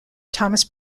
thomas